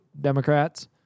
Democrats